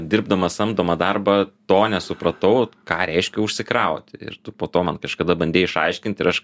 dirbdamas samdomą darbą to nesupratau ką reiškia užsikrauti ir tu po to man kažkada bandei išaiškint ir aš